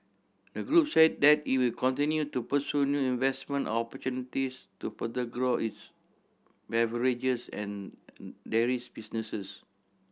the group say that it will continue to pursue new investment opportunities to further grow its beverages and dairies businesses